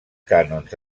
canons